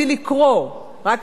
רק רציתי ספר,